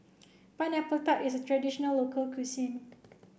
Pineapple Tart is a traditional local cuisine